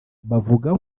bavuga